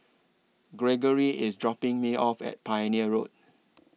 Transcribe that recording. Gregory IS dropping Me off At Pioneer Road